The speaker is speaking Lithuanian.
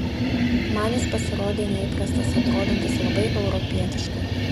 man jis pasirodė neįprastas atrodantis labai europietiškai